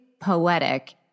poetic